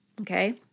Okay